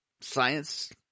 science